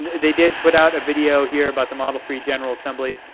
they did put out a video here about the model three general assembly,